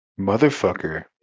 motherfucker